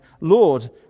Lord